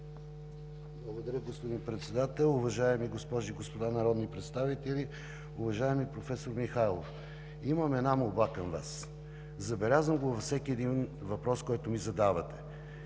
Благодаря, господин Председател. Уважаеми госпожи и господа народни представители! Уважаеми професор Михайлов, имам една молба към Вас. Забелязвам го във всеки един въпрос, който ми задавате.